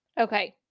Okay